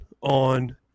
on